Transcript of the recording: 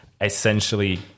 essentially